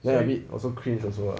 then I meet also craze also [what]